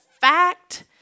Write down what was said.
fact